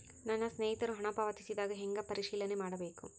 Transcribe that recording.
ನನ್ನ ಸ್ನೇಹಿತರು ಹಣ ಪಾವತಿಸಿದಾಗ ಹೆಂಗ ಪರಿಶೇಲನೆ ಮಾಡಬೇಕು?